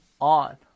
on